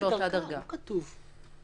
נוכל לחיות עם זה.